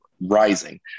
rising